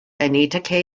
anita